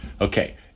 Okay